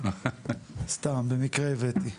סתם, במקרה הבאתי.